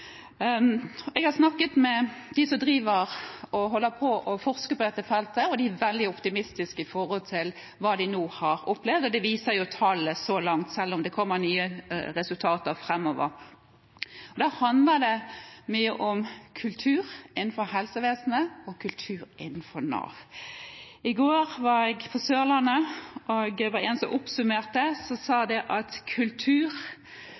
Jeg har snakket med dem som forsker på dette feltet, og de er veldig optimistiske med hensyn til hva de nå har opplevd. Det viser også tallene så langt at det er grunn til, selv om det kommer nye resultater framover. Det handler mye om kultur innenfor helsevesenet og om kultur innenfor Nav. I går var jeg på Sørlandet, og det var en som oppsummerte, som sa at kulturen er så grådig at